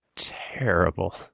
Terrible